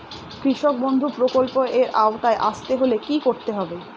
কৃষকবন্ধু প্রকল্প এর আওতায় আসতে হলে কি করতে হবে?